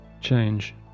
change